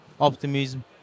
Optimism